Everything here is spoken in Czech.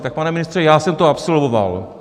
Tak, pane ministře, já jsem to absolvoval.